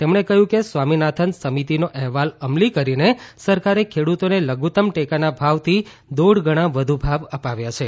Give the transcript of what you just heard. તેમણે કહ્યું કે સ્વામીનાથન સમિતિનો અહેવાલ અમલી કરીને સરકારે ખેડૂતોને લધુત્તમ ટેકાના ભાવથી દોઢ ગણા વધુ ભાવ અપાવ્યા છે